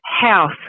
house